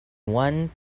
one